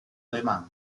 alemán